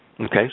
Okay